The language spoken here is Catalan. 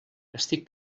estic